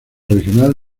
regional